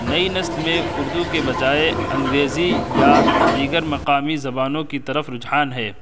نئی نسل میں اردو کے بجائے انگریزی یا دیگر مقامی زبانوں کی طرف رجحان ہے